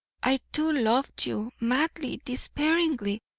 i too loved you, madly, despairingly,